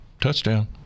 Touchdown